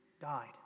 died